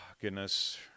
goodness